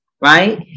right